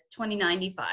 2095